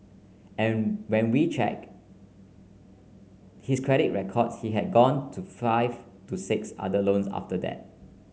and when we check his credit records he had gone to five to six other loans after that